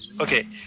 Okay